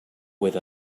with